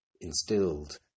Instilled